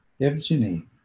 Evgeny